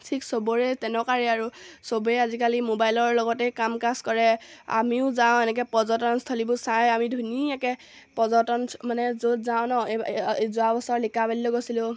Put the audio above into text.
ঠিক সবৰে তেনেকুৱা আৰু সবেই আজিকালি মোবাইলৰ লগতেই কাম কাজ কৰে আমিও যাওঁ এনেকৈ পৰ্যটনস্থলীবোৰ চাই আমি ধুনীয়াকৈ পৰ্যটন মানে য'ত যাওঁ নহ্ এই যোৱা বছৰ লিকাবালিলৈ গৈছিলোঁ